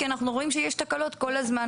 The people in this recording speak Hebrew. כי אנחנו רואים שיש תקלות כל הזמן